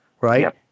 right